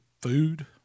food